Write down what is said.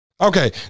okay